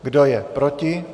Kdo je proti?